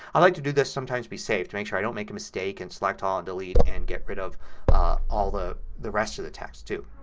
i like to do this sometimes to be safe. to make sure i don't make a mistake and select all and delete and get rid of ah all the the rest of the text too.